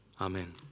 Amen